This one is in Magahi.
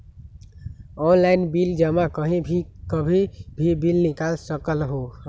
ऑनलाइन बिल जमा कहीं भी कभी भी बिल निकाल सकलहु ह?